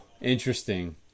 interesting